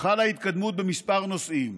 חלה התקדמות בכמה נושאים.